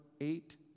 eight